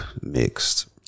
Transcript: Mixed